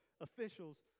officials